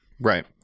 Right